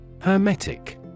Hermetic